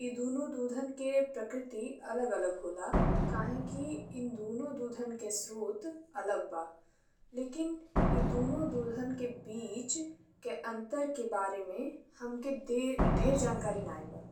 ए दुनो दूधन के प्रकृति अलग-अलग होला काहे कि ए दुनो दूधन के स्रोत अलग बा, लेकिन ए दुनो दूधन के बीच अंतर के बारे में हमके ढेर जानकारी नाहीं बा।